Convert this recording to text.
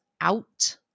out